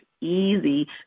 easy